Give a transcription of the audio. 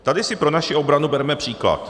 Tady si pro naši obranu berme příklad.